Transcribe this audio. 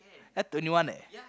eh twenty one eh